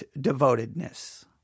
devotedness